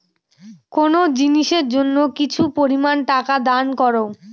কোনো জিনিসের জন্য কিছু পরিমান টাকা দান করো